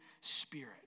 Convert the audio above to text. Spirit